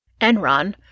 Enron